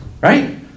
right